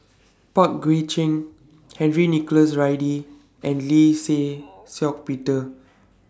Pang Guek Cheng Henry Nicholas Ridley and Lee Shih Shiong Peter